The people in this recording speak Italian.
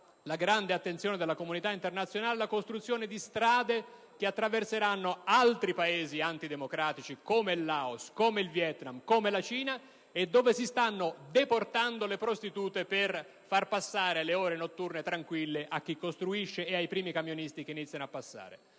la grande attenzione della comunità internazionale, la costruzione di strade che attraverseranno altri Paesi antidemocratici, come il Laos, il Vietnam, la Cina, dove si stanno deportando prostitute per far trascorrere ore notturne tranquille a chi costruisce e ai primi camionisti che passano.